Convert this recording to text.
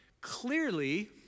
Clearly